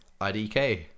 IDK